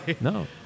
No